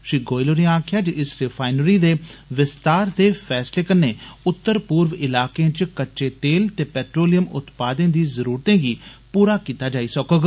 श्री गोयल होरें आक्खेआ जे इस रिफाईनरी दे विस्तार दे फैसले कन्ने उत्तर पूर्व इलाकें च कच्चे तेल ते पेट्रोलियम उत्पादें दी जरुरतें गी पूरा कीता जाई सकौग